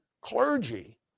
clergy